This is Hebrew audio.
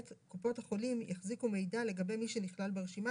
קופות החולים יחזיקו מידע לגבי מי שנכלל ברשימה,